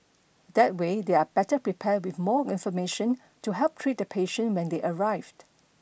that way they are better prepared with more information to help treat the patient when they arrived